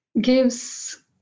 gives